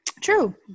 True